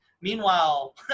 Meanwhile